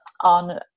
on